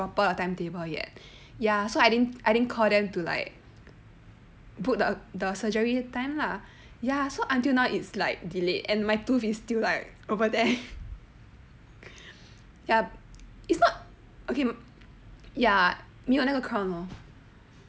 proper 的 timetable yet ya so I didn't I didn't call them to like put the the surgery time lah ya so until now it's like delayed and my tooth is still like over there ya it's not okay ya 没有那个 crown